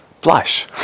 blush